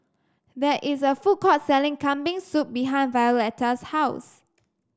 there is a food court selling Kambing Soup behind Violetta's house